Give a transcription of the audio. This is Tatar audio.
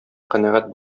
канәгать